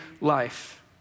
life